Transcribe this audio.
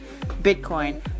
Bitcoin